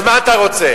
אז מה אתה רוצה?